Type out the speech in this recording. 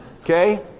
Okay